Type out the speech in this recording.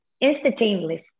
instantaneously